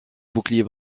bouclier